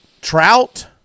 Trout